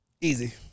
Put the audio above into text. Easy